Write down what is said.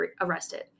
arrested